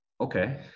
Okay